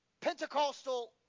Pentecostal